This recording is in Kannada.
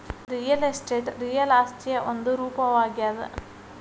ರಿಯಲ್ ಎಸ್ಟೇಟ್ ರಿಯಲ್ ಆಸ್ತಿಯ ಒಂದು ರೂಪವಾಗ್ಯಾದ